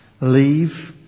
leave